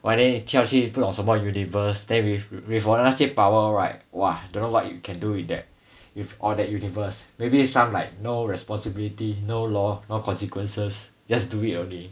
!wah! then 你跳去不懂什么 universe then then with 那些 power right !wah! don't know what you can do with that with all that universe maybe some like no responsibility no law no consequences just do it only